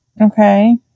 Okay